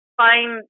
find